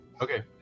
Okay